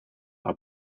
are